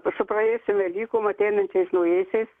su praėjusiom vėlykom ateinančiais naujaisiais